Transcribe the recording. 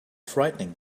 frightening